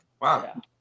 wow